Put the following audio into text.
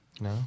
no